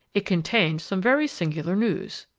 it contained some very singular news.